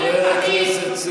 מאות אלפים,